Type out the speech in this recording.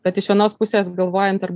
bet iš vienos pusės galvojant ar